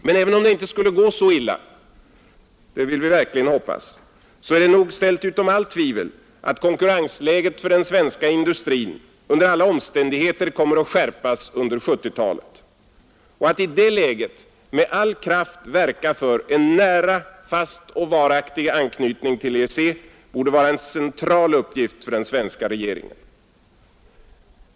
Men även om det inte skulle gå så illa — och det vill vi verkligen hoppas — är det nog ställt utom allt tvivel att konkurrensläget för den svenska industrin under alla omständigheter kommer att skärpas under 1970-talet. Att i det läget med all kraft verka för en nära, fast och varaktig anknytning till EEC borde vara en central uppgift för den svenska regeringen.